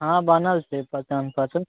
हँ बनल छै पहचान पत्र